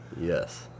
Yes